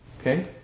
Okay